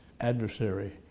adversary